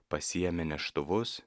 pasiėmė neštuvus